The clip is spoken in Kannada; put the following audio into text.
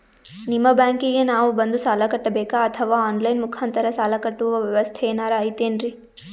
ನಿಮ್ಮ ಬ್ಯಾಂಕಿಗೆ ನಾವ ಬಂದು ಸಾಲ ಕಟ್ಟಬೇಕಾ ಅಥವಾ ಆನ್ ಲೈನ್ ಮುಖಾಂತರ ಸಾಲ ಕಟ್ಟುವ ವ್ಯೆವಸ್ಥೆ ಏನಾರ ಐತೇನ್ರಿ?